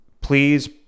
please